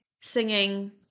singing